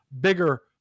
bigger